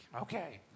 Okay